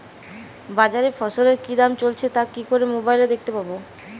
বাজারে ফসলের কি দাম চলছে তা কি করে মোবাইলে দেখতে পাবো?